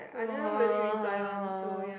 !wah!